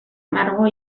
margo